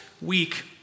week